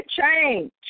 change